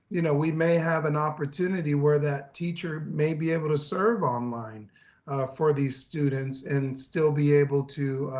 you know we may have an opportunity where that teacher may be able to serve online for these students and still be able to